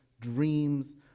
dreams